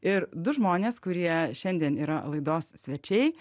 ir du žmonės kurie šiandien yra laidos svečiai